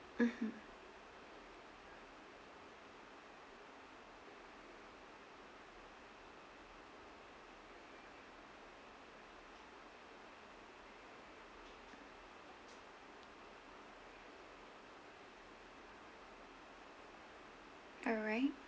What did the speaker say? mmhmm alright